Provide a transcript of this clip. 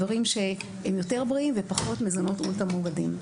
דברים שהם יותר בריאים ופחות מזונות אולטרה מעובדים.